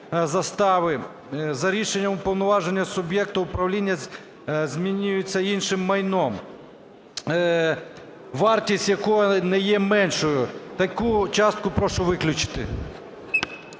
застави за рішенням уповноваженого суб'єкта управління змінюється іншим майном, вартість якого не є меншою. Таку частку прошу виключити.